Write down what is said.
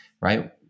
right